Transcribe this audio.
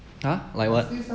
ha like what